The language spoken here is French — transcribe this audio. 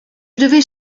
devais